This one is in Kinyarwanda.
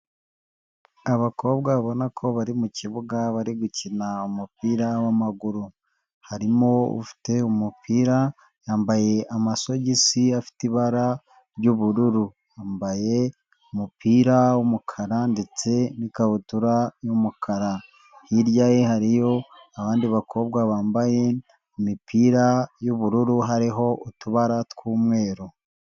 Abakobwa ubona ko bari mu kibuga bari gukina umupira w'amaguru. Harimo ufite umupira yambaye amasogisi afite ibara ry'ubururu, yambaye umupira w'umukara ndetse n'ikabutura y'umukara. Hirya ye hariyo abandi bakobwa bambaye imipira y'ubururu hariho utubara tw'umweru.